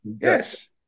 Yes